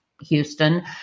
Houston